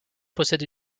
possède